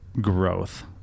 growth